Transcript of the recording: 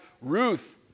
Ruth